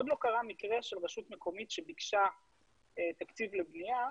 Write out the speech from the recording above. עוד לא קרה מקרה של רשות מקומית שביקשה תקציב לבנייה,